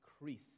increase